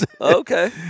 Okay